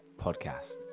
podcast